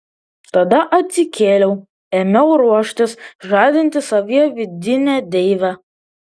tada atsikėliau ėmiau ruoštis žadinti savyje vidinę deivę